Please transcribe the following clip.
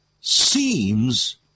seems